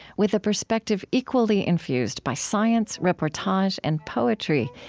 with a perspective equally infused by science, reportage, and poetry,